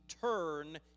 turn